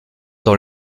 dans